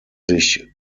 sich